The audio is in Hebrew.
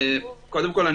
קודם כול,